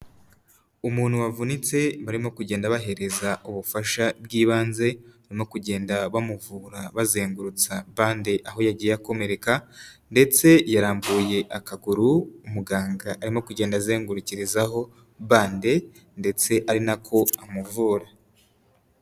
Umuntu wavunitse barimo kugenda bahereza ubufasha bw'ibanze no kugenda bamuvura bazengurutsa bande aho yagiye akomereka ndetse yarambuye akaguru muganga arimo kugenda azengurukirizaho bande ndetse ari nako amuvura.